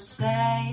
say